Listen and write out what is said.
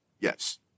Yes